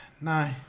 No